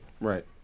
Right